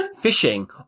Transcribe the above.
fishing